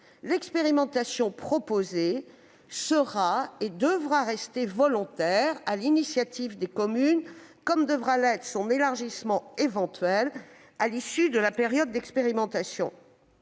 l'expérimentation proposée sera, et devra rester, volontaire, à l'initiative des communes, comme devra l'être son élargissement éventuel à l'issue de la période d'expérimentation.